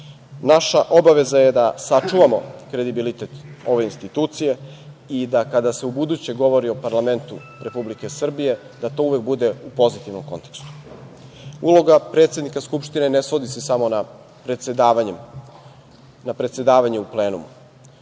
Naša obaveza je da sačuvamo kredibilitet ove institucije i da kada se ubuduće govori o parlamentu Republike Srbije da to uvek bude u pozitivnom kontekstu. Uloga predsednika Skupštine se ne svodi samo na predsedavanje u plenumu.